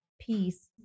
peace